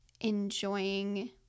enjoying